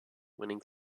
winning